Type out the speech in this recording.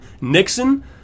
Nixon